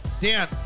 Dan